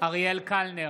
אריאל קלנר,